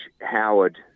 Howard